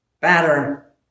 batter